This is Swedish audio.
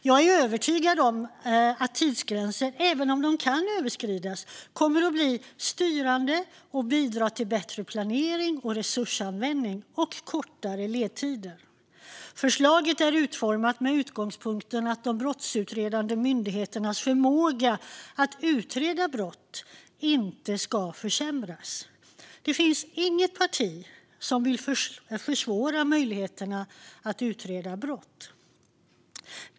Jag är övertygad att tidsgränser, även om de kan överskridas, kommer att bli styrande och bidra till bättre planering och resursanvändning och kortare ledtider. Förslaget är utformat med utgångspunkten att de brottsutredande myndigheternas förmåga att utreda brott inte ska försämras. Det finns inget parti som vill försvåra möjligheterna att utreda brott.